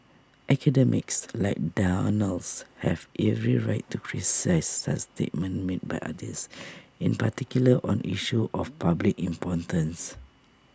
academics like Donald's have every right to criticise statements made by others in particular on issues of public importance